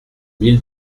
mille